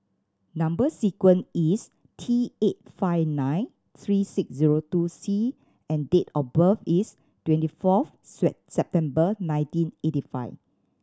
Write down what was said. number sequence is T eight five nine three six zero two C and date of birth is twenty fourth September nineteen eighty five